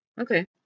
Okay